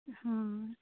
हाँ